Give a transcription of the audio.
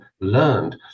learned